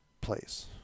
place